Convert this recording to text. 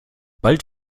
bald